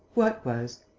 what was?